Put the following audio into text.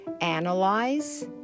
analyze